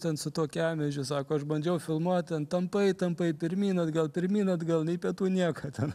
ten su tuo kemežiu sako aš bandžiau filmuot ten tampai tampai pirmyn atgal pirmyn atgal nei pietų nieko ten